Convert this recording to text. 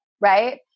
right